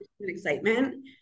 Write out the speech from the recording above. excitement